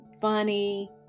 Funny